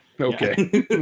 Okay